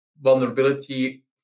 vulnerability